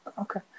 Okay